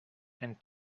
and